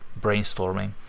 brainstorming